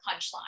punchline